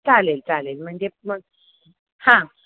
चालेल चालेल म्हणजे मग हां